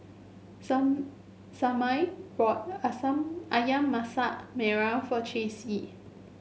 some Semaj bought ayam Masak Merah for Chessie